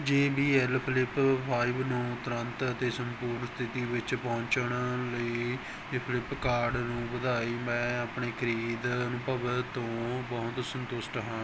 ਜੇ B L flip five ਨੂੰ ਤੁਰੰਤ ਅਤੇ ਸੰਪੂਰਨ ਸਥਿਤੀ ਵਿੱਚ ਪਹੁੰਚਾਉਣ ਲਈ ਫਲਿਪਕਾਰਟ ਨੂੰ ਵਧਾਈ ਮੈਂ ਆਪਣੇ ਖਰੀਦ ਅਨੁਭਵ ਤੋਂ ਬਹੁਤ ਸੰਤੁਸ਼ਟ ਹਾਂ